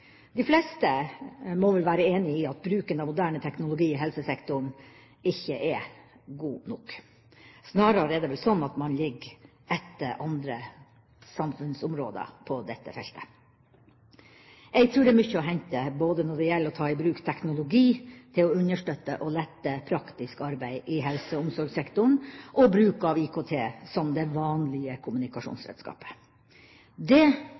De fleste må vel være enige om at bruken av moderne teknologi i helsesektoren ikke er god nok. Snarere er det vel sånn at man ligger etter andre samfunnsområder på dette feltet. Jeg tror det er mye å hente når det gjelder både bruk av teknologi til å understøtte og lette praktisk arbeid i helse- og omsorgssektoren og bruk av IKT som det vanlige